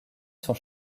sont